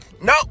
No